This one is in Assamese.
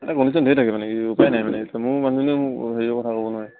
এই কণ্ডিশ্যন ধেৰ থাকে মানে কি উপায় নাই মানে মোৰ মানুহজনীয়ে মোক হেৰিওৰ কথা ক'ব নোৱাৰে